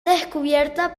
descubierta